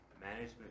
management